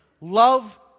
Love